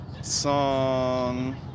song